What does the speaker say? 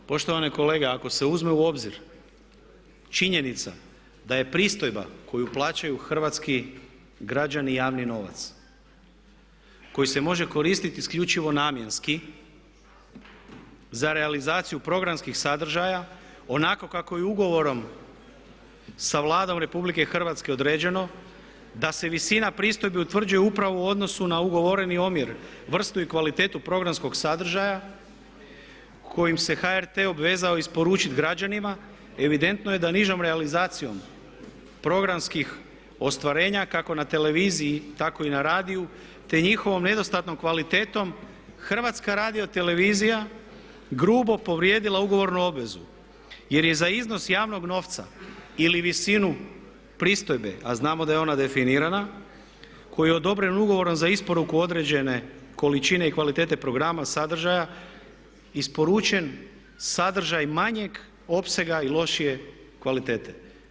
Poštovani kolega ako se uzme u obzir činjenica da je pristojba koju plaćaju hrvatski građani javni novac koji se može koristiti isključivo namjenski za realizaciju programskih sadržaja onako kako je ugovorom sa Vladom Republike Hrvatske određeno da se visina pristojbi utvrđuje upravo u odnosu na ugovoreni omjer, vrstu i kvalitetu programskog sadržaja kojim se HRT obvezao isporučiti građanima evidentno je da nižom realizacijom programskih ostvarenja kako na televiziji tako i na radiju te njihovom nedostatnom kvalitetom HRT grubo je povrijedila ugovornu obvezu jer je za iznos javnog novca ili visinu pristojbe, a znamo da je ona definirana, koji je odobren ugovorom za isporuku određene količine i kvalitete programa sadržaja, isporučen sadržaj manjeg opsega i lošije kvalitete.